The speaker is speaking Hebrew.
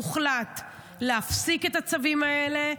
הוחלט להפסיק את הצווים האלה,